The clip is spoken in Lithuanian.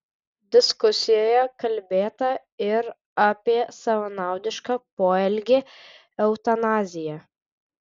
diskusijoje kalbėta ir apie savanaudišką poelgį eutanaziją